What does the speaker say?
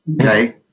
okay